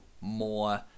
more